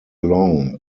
long